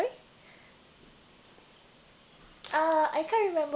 sorry uh I can't remember